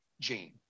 gene